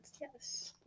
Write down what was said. yes